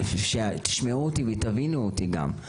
שתשמעו אותי ותבינו אותי גם.